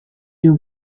you